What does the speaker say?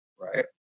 right